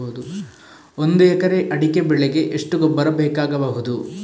ಒಂದು ಎಕರೆ ಅಡಿಕೆ ಬೆಳೆಗೆ ಎಷ್ಟು ಗೊಬ್ಬರ ಬೇಕಾಗಬಹುದು?